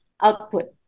output